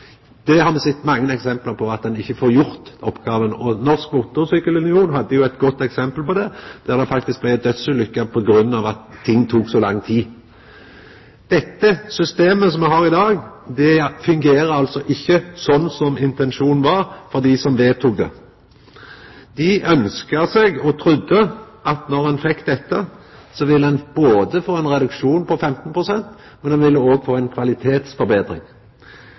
gjera det. Me har sett mange eksempel på at ein då ikkje får gjort oppgåvene. Norsk Motorcykkel Union hadde eit godt eksempel på det, då det faktisk blei ei dødsulykke på grunn av at ting tok så lang tid. Det systemet som me har i dag, fungerer altså ikkje slik intensjonen var hos dei som vedtok det. Dei ønskte og trudde at når ein fekk dette, ville ein få ein reduksjon på 15 pst., men ein ville òg få ei kvalitetsforbetring.